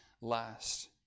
last